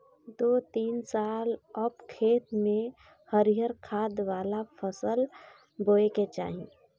दू तीन साल पअ खेत में हरिहर खाद वाला फसल बोए के चाही